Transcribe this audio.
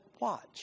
watch